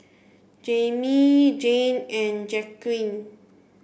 Jayme Jane and Jacquez